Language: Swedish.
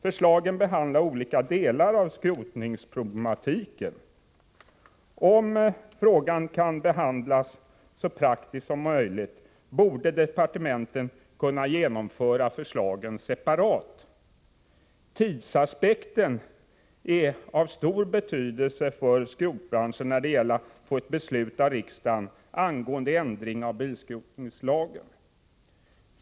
Förslagen behandlar olika delar av skrotningsproblematiken. Om frågan skall kunna behandlas så praktiskt som möjligt bör departementen genomföra förslagen separat. Tidsaspekten är av stor betydelse för skrotningsbranschen när det gäller att få ett beslut av riksdagen angående ändring av bilskrotningslagen.